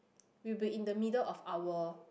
it will be in the middle of our